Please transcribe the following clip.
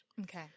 Okay